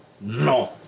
no